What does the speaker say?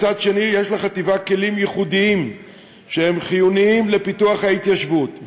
אבל מצד שני יש לחטיבה כלים ייחודיים שהם חיוניים לפיתוח ההתיישבות,